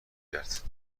کرد